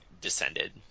descended